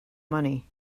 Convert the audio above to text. money